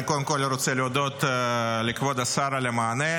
אני קודם כול רוצה להודות לכבוד השר על המענה.